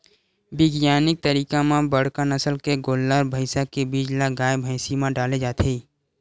बिग्यानिक तरीका म बड़का नसल के गोल्लर, भइसा के बीज ल गाय, भइसी म डाले जाथे